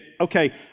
okay